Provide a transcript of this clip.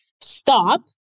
stop